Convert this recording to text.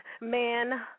Man